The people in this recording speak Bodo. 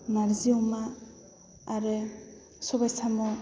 नारजि अमा आरो सबाइ साम'